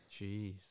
Jeez